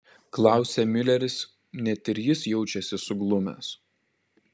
klausia miuleris net ir jis jaučiasi suglumęs